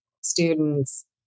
students